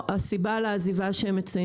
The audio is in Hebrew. יושבים כמובן ביחד עם ראשי הרשויות המקומיות,